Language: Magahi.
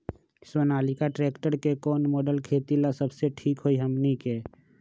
सोनालिका ट्रेक्टर के कौन मॉडल खेती ला सबसे ठीक होई हमने की?